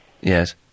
Yes